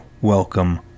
Welcome